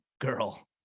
girl